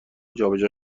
جابجا